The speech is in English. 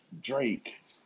Drake